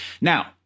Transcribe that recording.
Now